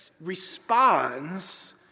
responds